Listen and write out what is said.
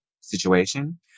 situation